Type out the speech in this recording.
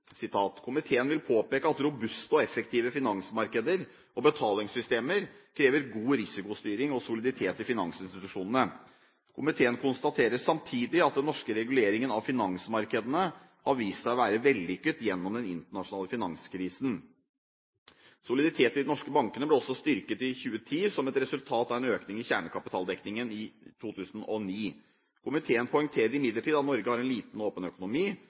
noe komiteen uttrykker, på følgende måte i innstillingen: «Komiteen vil påpeke at robuste og effektive finansmarkeder og betalingssystemer krever god risikostyring og soliditet i finansinstitusjonene. Komiteen konstaterer samtidig at den norske reguleringen av finansmarkedene har vist seg å være vellykket gjennom den internasjonale finanskrisen. Soliditeten i de norske bankene ble også styrket i 2010, som et resultat av en økning i kjernekapitaldekningen i 2009. Komiteen poengterer imidlertid at Norge har en liten og åpen økonomi,